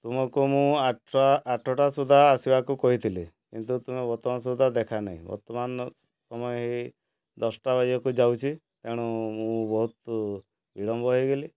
ତୁମକୁ ମୁଁ ଆଠ ଆଠଟା ସୁଦ୍ଧା ଆସିବାକୁ କହିଥିଲି କିନ୍ତୁ ତୁମେ ବର୍ତ୍ତମାନ ସୁଦ୍ଧା ଦେଖା ନାହିଁ ବର୍ତ୍ତମାନ ସମୟ ହେଇ ଦଶଟା ବାଜିବାକୁ ଯାଉଛି ତେଣୁ ମୁଁ ବହୁତ ବିଳମ୍ବ ହେଇଗଲି